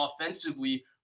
offensively